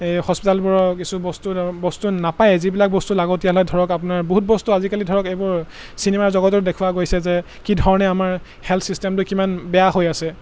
এই হস্পিটেলবোৰৰ কিছু বস্তু বস্তু নাপায়েই যিবিলাক বস্তু লাগতিয়াল হয় ধৰক আপোনাৰ বহুত বস্তু আজিকালি ধৰক এইবোৰ চিনেমাৰ জগতত দেখুওৱা গৈছে যে কি ধৰণে আমাৰ হেল্থ চিষ্টেমটো কিমান বেয়া হৈ আছে